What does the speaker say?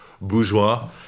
bourgeois